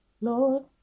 Lord